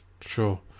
Sure